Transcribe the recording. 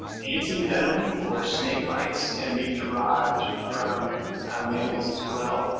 antivenom for snake bites can be derived from mammals as well.